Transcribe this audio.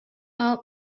are